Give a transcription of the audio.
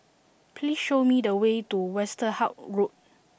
please show me the way to Westerhout Road